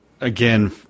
Again